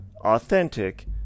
authentic